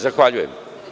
Zahvaljujem.